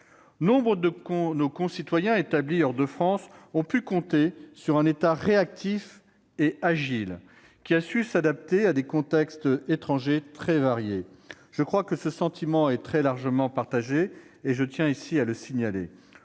Nombre de nos concitoyens établis hors de France ont pu compter sur un État réactif et agile, qui a su s'adapter à des contextes étrangers très variés. Je crois que ce sentiment est très largement partagé, et je tiens à le signaler.